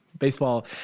Baseball